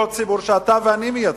אותו ציבור שאתה ואני מייצגים,